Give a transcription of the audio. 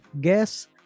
guess